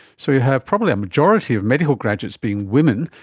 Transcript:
so we have probably a majority of medical graduates being women,